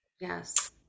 Yes